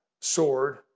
sword